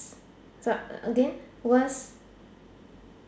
again what's